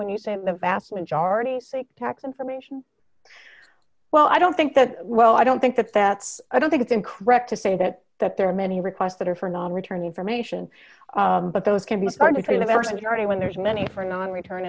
when you say the vast majority say tax information well i don't think that well i don't think that that's i don't think it's in crack to say that that there are many requests that are for non return information but those can be started to leverage already when there's many for non return